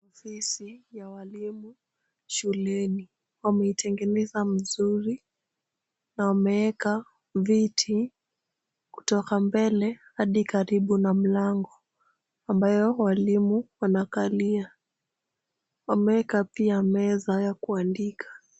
Ofisi ya walimu shuleni. Wameitengeneza mzuri na wameeka viti kutoka mbele hadi karibu na mlango ambayo walimu wanakalia. Wameeka pia meza ya kuandika.